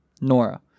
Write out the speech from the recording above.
Nora